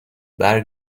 برگ